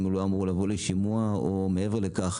אם הוא לא אמור לבוא לשימוע או מעבר לכך.